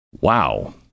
Wow